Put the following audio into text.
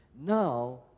Now